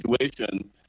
situation